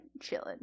chilling